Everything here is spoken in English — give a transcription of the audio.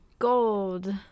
gold